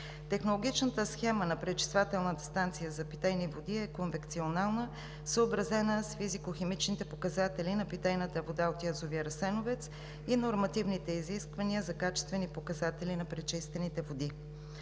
Технологичната схема на пречисвателната станция за питейни води е конвекционална и е съобразена с физико-химичните показатели на питейната вода от язовир „Асеновец“ и нормативните изисквания за качествени показатели на пречистените води.